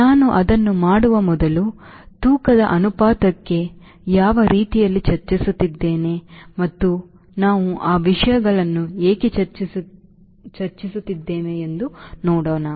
ನಾನು ಅದನ್ನು ಮಾಡುವ ಮೊದಲು ನಾವು ತೂಕದ ಅನುಪಾತಕ್ಕೆ ಯಾವ ರೀತಿಯಲ್ಲಿ ಚರ್ಚಿಸುತ್ತಿದ್ದೇವೆ ಮತ್ತು ನಾವು ಆ ವಿಷಯಗಳನ್ನು ಏಕೆ ಚರ್ಚಿಸುತ್ತಿದ್ದೇವೆ ಎಂದು ನೋಡೋಣ